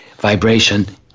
Vibration